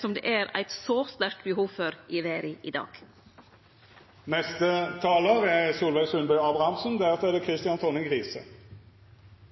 som det er eit så sterkt behov for i verda i